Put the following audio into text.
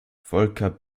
volker